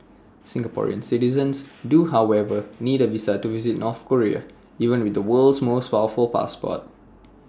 Singaporean citizens do however need A visa to visit North Korea even with the world's most powerful passport